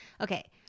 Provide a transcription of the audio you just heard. Okay